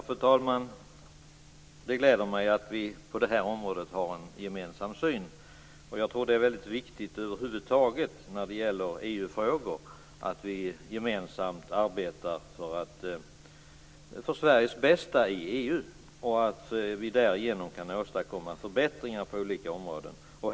Fru talman! Det gläder mig att vi på det här området har en gemensam syn. Jag tror att det är väldigt viktigt över huvud taget när det gäller EU-frågor att vi gemensamt arbetar för Sveriges bästa i EU och att vi därigenom kan åstadkomma förbättringar på olika områden.